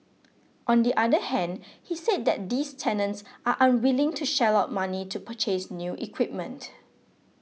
on the other hand he said that these tenants are unwilling to shell out money to purchase new equipment